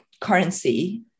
currency